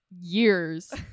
years